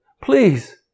please